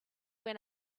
when